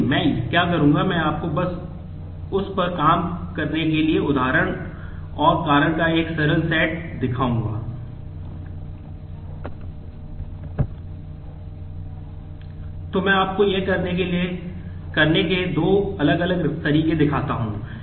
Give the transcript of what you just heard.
तो मैं आपको यह करने के दो अलग अलग तरीके दिखाता हूं